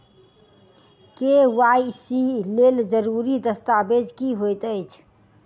KYC लेल जरूरी दस्तावेज की होइत अछि?